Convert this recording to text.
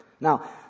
Now